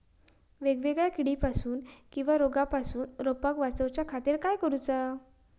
वेगवेगल्या किडीपासून किवा रोगापासून रोपाक वाचउच्या खातीर काय करूचा?